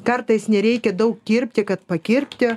kartais nereikia daug kirpti kad pakirpti